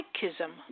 psychism